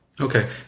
Okay